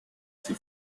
sie